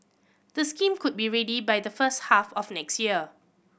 the scheme could be ready by the first half of next year